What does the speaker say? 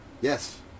Yes